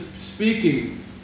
speaking